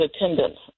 attendance